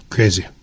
Crazy